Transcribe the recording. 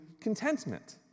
contentment